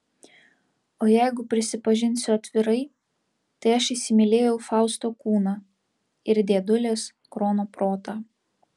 o jeigu prisipažinsiu atvirai tai aš įsimylėjau fausto kūną ir dėdulės krono protą